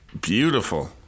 Beautiful